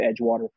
Edgewater